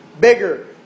bigger